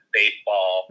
baseball